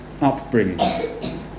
upbringing